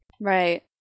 Right